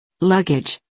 Luggage